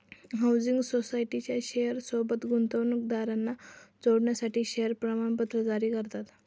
housing सोसायटीच्या share सोबत गुंतवणूकदारांना जोडण्यासाठी शेअर प्रमाणपत्र जारी करतात